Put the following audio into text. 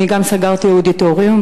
גם סגרתי אודיטוריום,